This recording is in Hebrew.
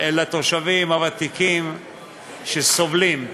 לתושבים הוותיקים שסובלים.